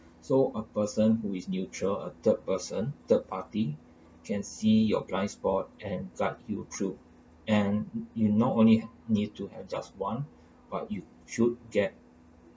so a person who is neutral a third person third party can see your blind spot and guide you through and you'll not only need to adjust one but you should get